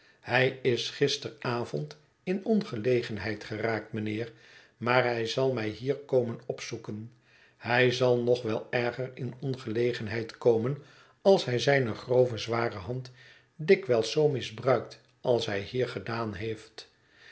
hij is gisteravond in ongelegenheid geraakt mijnheer maar hij zal mij hier komen opzoeken hij zal nog wel erger in ongelegenheid komen als hij zijne grove zware hand dikwijls zoo misbruikt als hij hier gedaan heeft